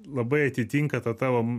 labai atitinka tą tavo